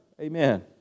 amen